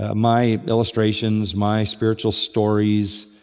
ah my illustrations, my spiritual stories,